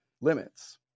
limits